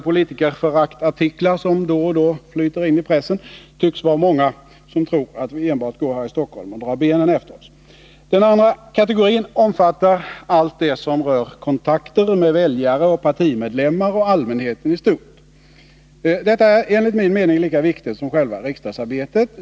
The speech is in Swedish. politikerföraktartiklar som då och då flyter in i pressen — tycks vara många som tror att vi enbart går här i Stockholm och drar benen efter oss. Den andra kategorin omfattar allt det som rör kontakter med väljare, partimedlemmar och allmänheten i stort. Detta är enligt min mening lika viktigt som själva riksdagsarbetet.